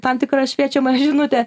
tam tikrą šviečiamą žinutę